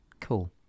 Cool